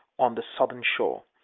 on the southern shore.